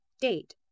Date